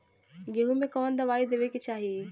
गेहूँ मे कवन दवाई देवे के चाही?